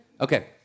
Okay